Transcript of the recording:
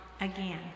again